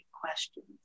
questions